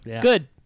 Good